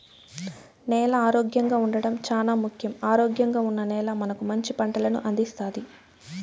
నేల ఆరోగ్యంగా ఉండడం చానా ముఖ్యం, ఆరోగ్యంగా ఉన్న నేల మనకు మంచి పంటలను అందిస్తాది